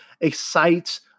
excites